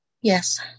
Yes